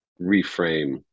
reframe